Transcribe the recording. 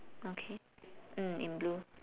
okay mm in blue